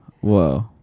Whoa